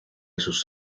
sus